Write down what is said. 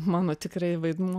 mano tikrai vaidmuo